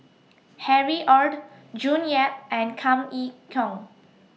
Harry ORD June Yap and Kam Yee Kong